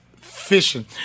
fishing